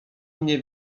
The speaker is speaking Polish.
mnie